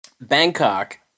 Bangkok